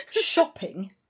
shopping